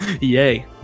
Yay